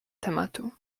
tematu